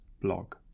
blog